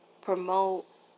promote